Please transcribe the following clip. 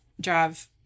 drive